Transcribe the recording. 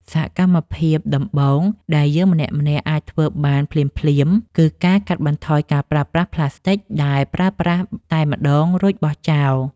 សកម្មភាពដំបូងដែលយើងម្នាក់ៗអាចធ្វើបានភ្លាមៗ គឺការកាត់បន្ថយការប្រើប្រាស់ផ្លាស្ទិកដែលប្រើបានតែម្តងរួចបោះចោល។